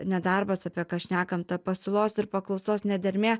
nedarbas apie ką šnekam ta pasiūlos ir paklausos nedermė